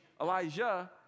Elijah